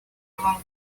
along